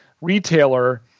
retailer